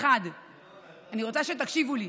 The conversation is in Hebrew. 1. אני רוצה שתקשיבו לי,